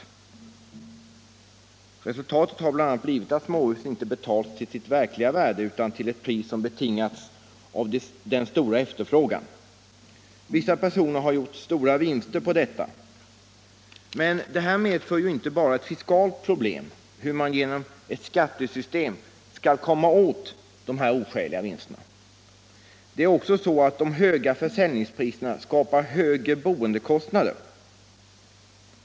113 Resultatet har bl.a. blivit att småhusen inte sålts till sitt verkliga värde utan till priser som betingats av den starka efterfrågan. Vissa personer har gjort stora vinster på detta. Detta förhållande medför inte bara ett fiskalt problem — hur man genom ett skattesystem skall komma åt de oskäliga vinsterna — utan de höga försäljningspriserna skapar också högre boendekostnader.